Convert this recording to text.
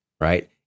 Right